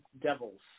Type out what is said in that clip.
devils